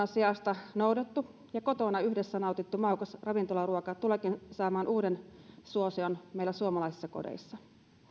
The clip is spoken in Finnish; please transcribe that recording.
sijasta noudettu ja kotona yhdessä nautittu maukas ravintolaruoka tuleekin saamaan uuden suosion meillä suomalaisissa kodeissa